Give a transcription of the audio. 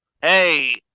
Hey